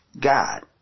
God